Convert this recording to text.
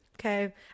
okay